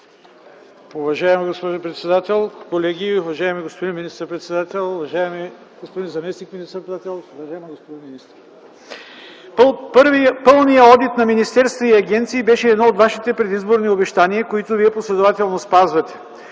Пълният одит на министерства и агенции беше едно от вашите предизборни обещания, които вие последователно спазвате.